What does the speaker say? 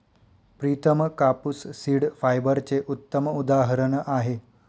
प्रितम कापूस सीड फायबरचे उत्तम उदाहरण आहे